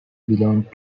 belonged